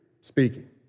speaking